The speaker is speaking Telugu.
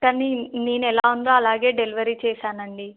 కానీ నేను ఎలా ఉందో అలాగే డెలివరీ చేశాను అండి